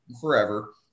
Forever